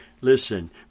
Listen